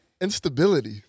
instability